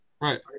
Right